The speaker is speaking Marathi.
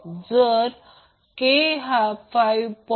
जर k हा 0